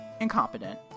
incompetent